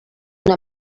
una